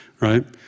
Right